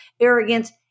arrogance